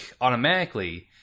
automatically